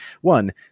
one